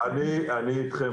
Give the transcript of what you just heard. אני אתכם.